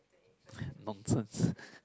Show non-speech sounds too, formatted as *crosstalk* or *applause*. nonsense *breath*